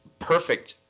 perfect